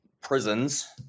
prisons